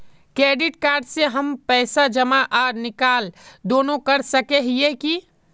Credit card से हम पैसा जमा आर निकाल दोनों कर सके हिये की?